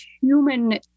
human